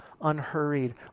unhurried